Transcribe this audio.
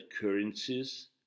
currencies